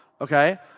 Okay